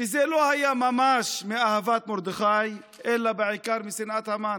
זה לא היה ממש מאהבת מרדכי אלא בעיקר משנאת המן.